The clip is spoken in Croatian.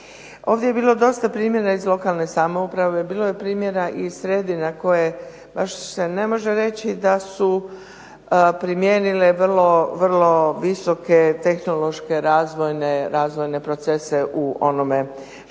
Ovdje je bilo dosta primjera iz lokalne samouprave, bilo je primjera iz sredina koje baš se ne može reći da su primijenile vrlo visoke tehnološke, razvojne procese u onome što